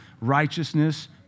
righteousness